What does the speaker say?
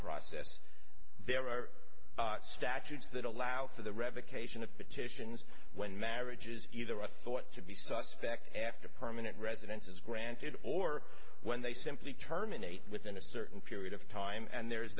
process there are statutes that allow for the revocation of petitions when marriages either are thought to be suspect after permanent residence is granted or when they simply terminate within a certain period of time and there